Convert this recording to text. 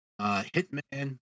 hitman